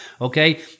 okay